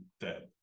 dead